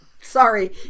Sorry